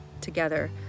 together